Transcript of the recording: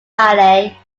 valley